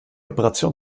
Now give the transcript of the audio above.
operation